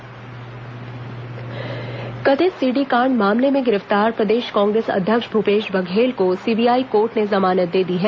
भूपेश बघेल जमानत कथित सीडी कांड मामले में गिरफ्तार प्रदेश कांग्रेस अध्यक्ष भूपेश बघेल को सीबीआई कोर्ट ने जमानत दे दी है